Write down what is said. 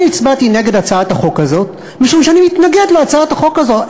אני הצבעתי נגד הצעת החוק הזאת משום שאני מתנגד להצעת החוק הזאת.